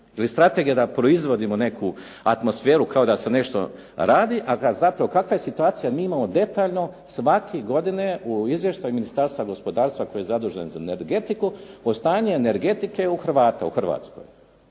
strategija da proizvodimo neku atmosferu kao da se nešto radi, a …/Govornik se ne razumije./…, kakva je situacija mi imamo detaljno svake godine u izvještaju Ministarstva gospodarstva koji je zadužen za energetiku stanje energetike u Hrvata, u Hrvatskoj.